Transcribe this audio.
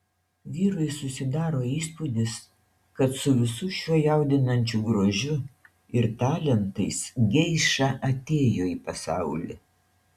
vyrui susidaro įspūdis kad su visu šiuo jaudinančiu grožiu ir talentais geiša atėjo į pasaulį